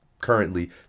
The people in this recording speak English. currently